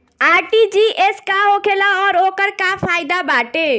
RTGS का होखेला और ओकर का फाइदा बाटे?